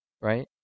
right